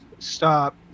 Stop